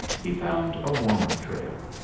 he found a warmer trail.